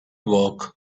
work